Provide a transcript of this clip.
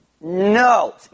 No